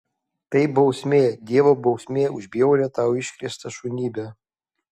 tai bausmė dievo bausmė už bjaurią tau iškrėstą šunybę